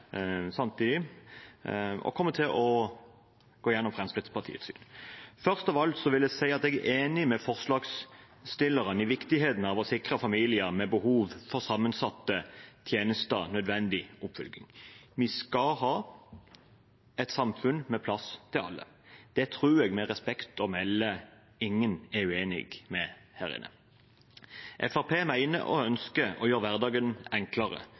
samtidig – og Fremskrittspartiets syn. Først av alt vil jeg si at jeg er enig med forslagsstillerne i viktigheten av å sikre familier med behov for sammensatte tjenester nødvendig oppfølging. Vi skal ha et samfunn med plass til alle. Det tror jeg – med respekt å melde – at ingen her inne er uenig i. Fremskrittspartiet ønsker å gjøre hverdagen enklere